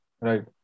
right